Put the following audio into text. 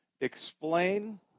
Explain